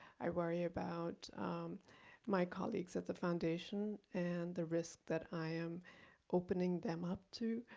i worry about my colleagues at the foundation and the risk that i am opening them up to.